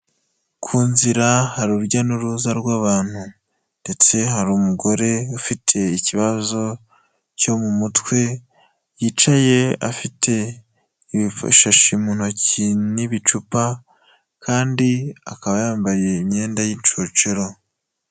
Ku nzira hari urujya n'uruza rw'abantu ndetse hari umugore ufite ikibazo cyo mu mutwe, yicaye afite ibishashi mu ntoki n'ibicupa kandi akaba yambaye imyenda y'inshocero.